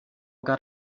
got